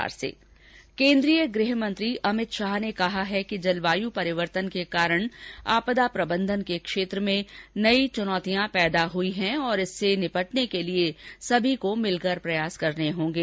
केन्द्रीय गृह मंत्री अमित शाह ने कहा है कि जलवायू परिवर्तन के कारण आपदा प्रबंधन के क्षेत्र में नई चुनौती पैदा हुई है और इससे निपटने के लिए सभी को मिलकर प्रयास करने होंगे